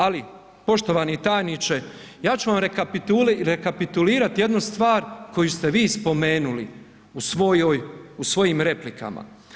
Ali poštovani tajniče, ja ću vam rekapitulirati jednu stvar koju ste vi spomenuli u svojim replikama.